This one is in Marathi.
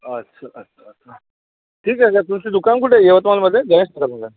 अच्छा अच्छा ठीक आहे न तुमची दुकान कुठे आहे यवतमाळमध्ये